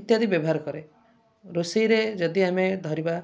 ଇତ୍ୟାଦି ବ୍ୟବହାର କରେ ରୋଷେଇରେ ଯଦି ଆମେ ଧରିବା